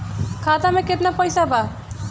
खाता में केतना पइसा बा?